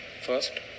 first